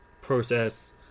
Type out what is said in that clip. process